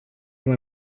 mai